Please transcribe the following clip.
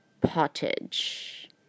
pottage